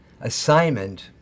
assignment